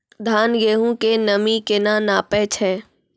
धान, गेहूँ के नमी केना नापै छै?